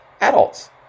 adults